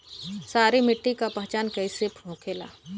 सारी मिट्टी का पहचान कैसे होखेला?